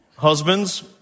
Husbands